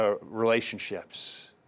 relationships